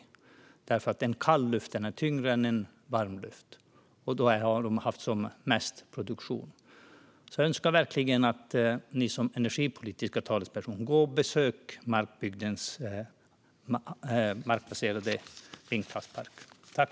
Det är därför att kall luft är tyngre än varm luft, och då blir det mest produktion. Jag önskar att ni som är energipolitiska talespersoner ska besöka Markbygdens markbaserade vindkraftspark.